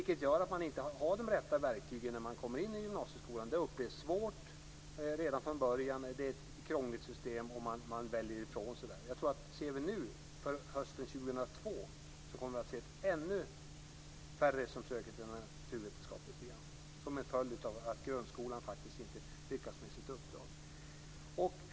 Det gör att man inte har de rätta verktygen när man kommer in i gymnasieskolan. Det upplevs svårt redan från början. Det är ett krångligt system och man väljer bort där. Vad gäller hösten 2002 kommer vi att se att ännu färre söker sig till naturvetenskapliga program; detta som en följd av att grundskolan faktiskt inte lyckats med sitt uppdrag.